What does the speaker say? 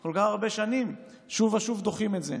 כל כך הרבה שנים שוב ושוב דוחים את זה.